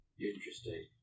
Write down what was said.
Interesting